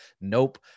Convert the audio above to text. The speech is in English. Nope